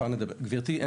גברתי,